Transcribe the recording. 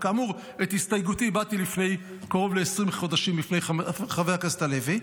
וכאמור את הסתייגותי הבעתי לפני קרוב ל-20 חודשים לפני חבר הכנסת הלוי,